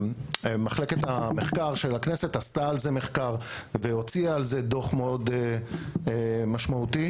מחלקת המחקר של הכנסת עשתה על זה מחקר והוציאה על זה דוח משמעותי מאוד.